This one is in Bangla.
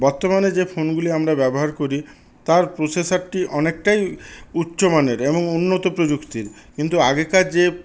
বর্তমানে যে ফোনগুলি আমরা ব্যবহার করি তার প্রোসেসারটি অনেকটাই উচ্চমানের এবং উন্নত প্রযুক্তির কিন্তু আগেকার যে